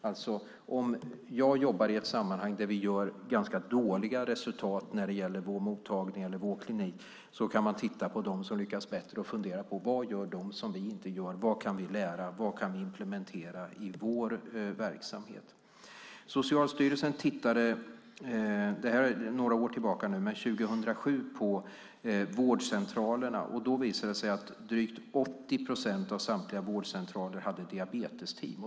Den som jobbar på en klinik där man gör ganska dåliga resultat kan titta på dem som lyckas bättre, och fundera över vad de gör som vi inte gör. Vad kan vi lära? Vad kan vi implementera i vår verksamhet? År 2007 tittade Socialstyrelsen på vårdcentralerna. Då visade det sig att drygt 80 procent av samtliga vårdcentraler hade diabetesteam.